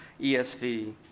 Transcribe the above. ESV